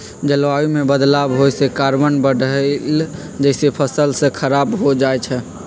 जलवायु में बदलाव होए से कार्बन बढ़लई जेसे फसल स खराब हो जाई छई